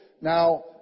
Now